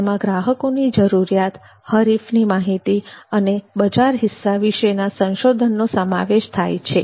તેમાં ગ્રાહકોની જરૂરિયાતો હરીફની માહિતી અને બજાર હિસ્સા વિષેના સંશોધનનો સમાવેશ થાય છે